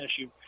issue